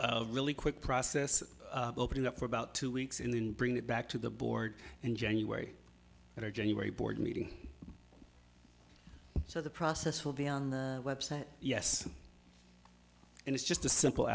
really quick process opening up for about two weeks and then bring it back to the board in january or january board meeting so the process will be on the website yes and it's just a simple